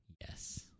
Yes